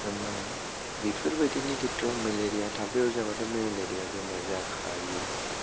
आमफ्राय बेफोरबायदिनि खेथ्र'आव मेलेरिया थामफै अरजा बाथ' मेलेरिया बेमार जाखायो